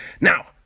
now